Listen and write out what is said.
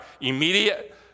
immediate